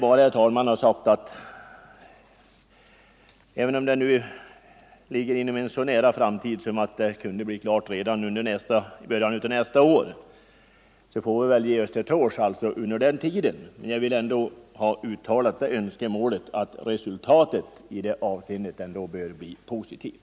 Eftersom ett besked kan väntas inom en så nära framtid som i början av nästa år får vi väl ge oss till tåls till dess, men jag vill ändå uttala det önskemålet att beskedet blir positivt.